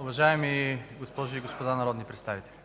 Уважаеми госпожи и господа народни представители,